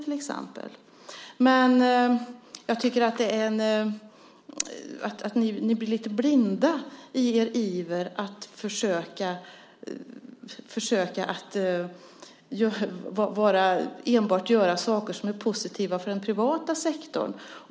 Ni blir lite blinda i er iver att försöka att göra saker som är positiva enbart för den privata sektorn.